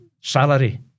salary